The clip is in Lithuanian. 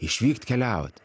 išvykt keliaut